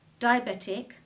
diabetic